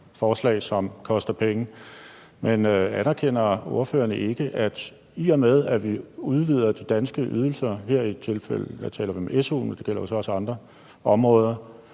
forslag, som koster penge. Men anerkender ordføreren ikke, at vi, i og med at vi udvider de danske ydelser – i det her tilfælde taler vi om su'en, men det gælder jo så også andre områder